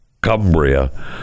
Cumbria